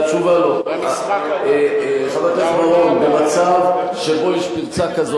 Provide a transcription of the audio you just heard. במשחק הבא, במשחק הבא.